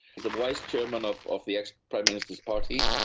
his a vice-chairman of of the ex-prime minister's party.